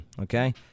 okay